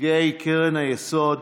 נציגי קרן היסוד,